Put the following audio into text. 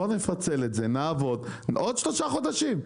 בוא נפצל את זה, נעבוד, עוד שלושה חודשים.